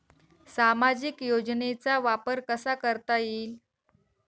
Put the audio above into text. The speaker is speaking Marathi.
सामाजिक योजनेचा वापर कसा करता येईल?